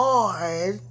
Lord